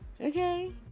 Okay